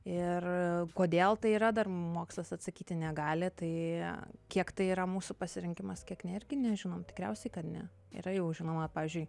ir kodėl tai yra dar mokslas atsakyti negali tai kiek tai yra mūsų pasirinkimas kiek ne irgi nežinom tikriausiai kad ne yra jau žinoma pavyzdžiui